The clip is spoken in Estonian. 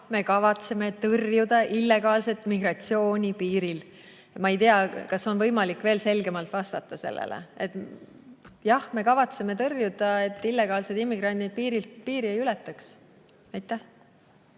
me kavatseme tõrjuda illegaalset migratsiooni piiril. Ma ei tea, kas on võimalik veel selgemalt vastata sellele. Jah, me kavatseme tõrjuda, et illegaalsed immigrandid piiri ei ületaks. Aitäh!